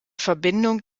verbindung